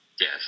Yes